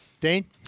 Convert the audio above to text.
Dane